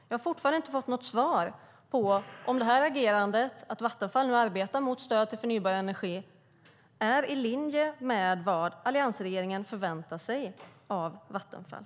Jag har fortfarande inte fått något svar på om detta agerande - att Vattenfall nu arbetar mot stöd till förnybar energi - är i linje med vad alliansregeringen förväntar sig av Vattenfall.